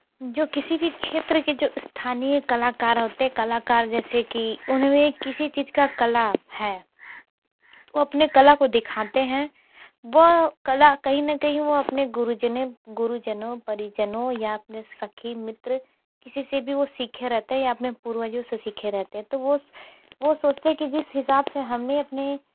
जो किसी की क्षेत्र के जो स्थानीय कलाकार होते हैं कलाकार जैसे कि उनमें किसी चीज़ का कला है वो अपने कला को दिखाते हैं वो कला कहीं ना कहीं वो अपने गुरूजने गुरूजनों परिजनों या अपनी सखी मित्र किसी से भी वो सीखे रहते हैं या अपने पूर्वजों से सीखे रहते हैं तो वो वो सोचते हैं की जिस हिसाब से हमने अपने